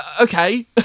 okay